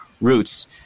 roots